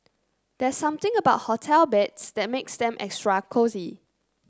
there something about hotel beds that makes them extra cosy